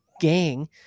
gang